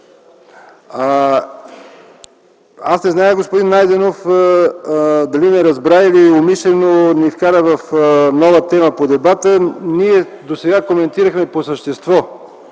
Аз не зная господин Найденов дали не разбра или умишлено ни вкара в нова тема по дебата. Ние досега коментирахме по същество,